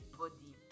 body